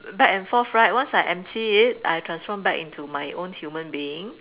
back and forth right once I empty it I transform back into my own human being